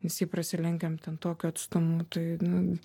nes jei prasilenkiam ten tokiu atstumu tai nu